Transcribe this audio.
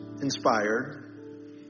inspired